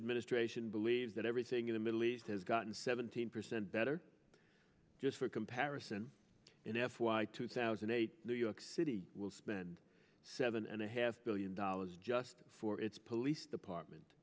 administration believes that everything in the middle east has gotten seventeen percent better just for comparison in f y two thousand and eight city will spend seven and a half billion dollars just for its police department